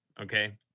okay